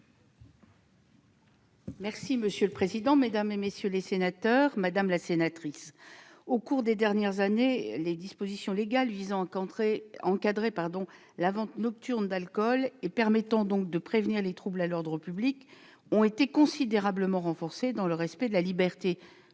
du ministre d'État, ministre de l'intérieur. Madame la sénatrice, au cours des dernières années, les dispositions légales visant à encadrer la vente nocturne d'alcool et permettant donc de prévenir les troubles à l'ordre public ont été considérablement renforcées, dans le respect de la liberté